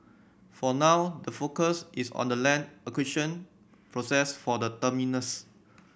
for now the focus is on the land acquisition process for the terminus